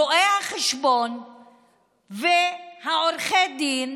רואי החשבון ועורכי הדין,